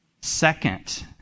Second